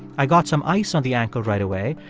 i got some ice on the ankle right away.